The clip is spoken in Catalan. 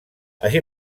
així